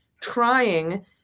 trying